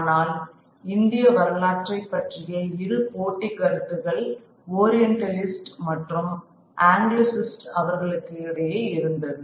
ஆனால் இந்திய வரலாற்றைப் பற்றிய இரு போட்டி கருத்துகள் ஓரியண்டலிஸ்ட் மற்றும் ஆங்கிலிசிஸ்ட் அவர்களுக்கு இடையே இருந்தது